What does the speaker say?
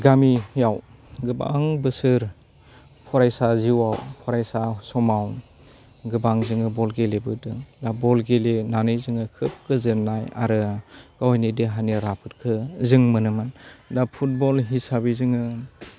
गामियाव गोबां बोसोर फरायसा जिवाव फरायसा समाव गोबां जोङो बल गेलेबोदों दा बल गेलेनानै जोङो खोब गोजोन्नाय आरो गावनि देहानि राफोदखो जों मोनोमोन दा फुटबल हिसाबै जोङो